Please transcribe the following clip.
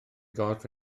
gorff